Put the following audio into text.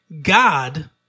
God